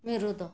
ᱢᱤᱨᱩ ᱫᱚ